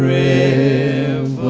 a